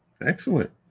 Excellent